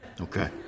Okay